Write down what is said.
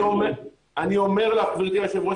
אני אומר לך גברתי היו"ר,